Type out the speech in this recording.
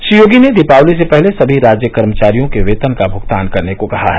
श्री योगी ने दीपावली से पहले सभी राज्य कर्मचारियों के वेतन का भृगतान करने को कहा है